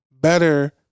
Better